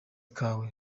kawe